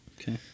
Okay